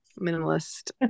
minimalist